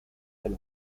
del